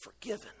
forgiven